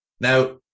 Now